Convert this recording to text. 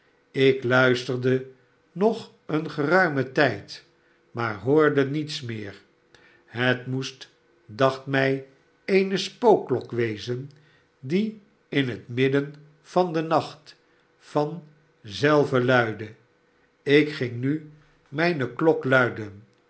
ik luisterde nog een geruimen tijd maar hoorde niets meer het moest dacht mij eene spookklok wezen die in het midden van den nacht van zelve luidde ik ging nu mijne klok luiden